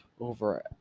over